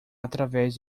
através